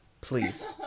please